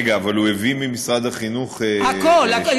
רגע, אבל הוא הביא ממשרד החינוך את, הכול, הכול.